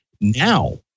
now